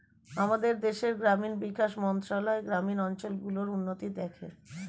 আমাদের দেশের গ্রামীণ বিকাশ মন্ত্রণালয় গ্রামীণ অঞ্চল গুলোর উন্নতি দেখে